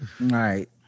right